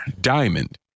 diamond